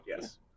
yes